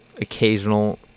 occasional